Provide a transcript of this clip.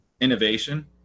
innovation